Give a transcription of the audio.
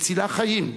מצילה חיים,